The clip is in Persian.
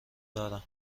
دارن